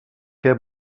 què